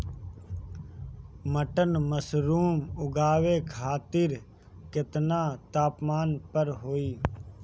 Button mushroom उगावे खातिर केतना तापमान पर होई?